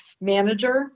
manager